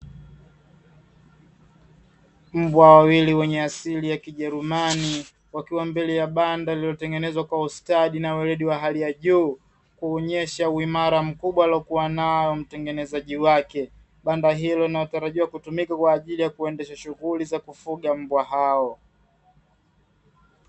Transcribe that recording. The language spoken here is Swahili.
Mbwa wawili wenye asili ya kijerumani wakiwa mbele ya banda lililotengenezwa kwa ustadi na weredi wa hali ya juu, kuonyesha uimara mkubwa aliokuwa nao mtengenezaji wake. Banda hilo linalotarajiwa kutumika kwa ajili ya kuendesha shughuli za kufuga mbwa hao.